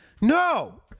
No